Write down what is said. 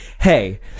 hey